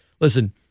Listen